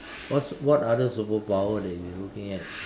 what's what other superpower that you looking at